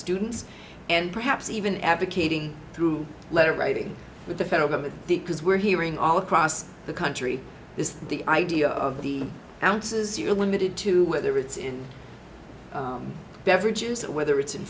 students and perhaps even advocating through letter writing with the federal government because we're hearing all across the country this the idea of the ounces you're limited to whether it's in beverages whether it's in